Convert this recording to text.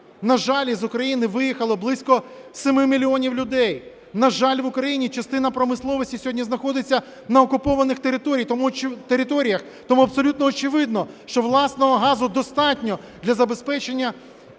На жаль, із України виїхало близько 7 мільйонів людей. На жаль, в Україні частина промисловості сьогодні знаходиться на окупованих територіях. Тому абсолютно очевидно, що власного газу достатньо для забезпечення